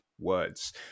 Words